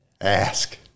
ask